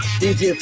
dj